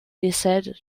décèdent